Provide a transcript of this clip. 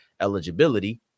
eligibility